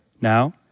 Now